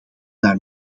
naar